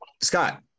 Scott